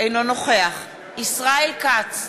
אינו נוכח ישראל כץ,